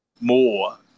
more